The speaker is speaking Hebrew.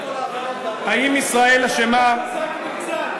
לאן הגעתם מכל, האם ישראל אשמה, אתה קוזק נגזל.